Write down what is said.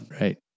Right